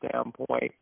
standpoint